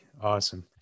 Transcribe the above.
Awesome